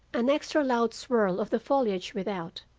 an extra loud swirl of the foliage without,